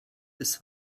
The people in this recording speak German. des